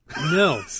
No